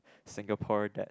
Singapore that